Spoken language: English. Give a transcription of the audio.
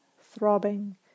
throbbing